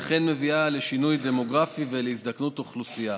היא אכן מביאה לשינוי דמוגרפי ולהזדקנות אוכלוסייה.